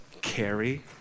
carry